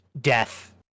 death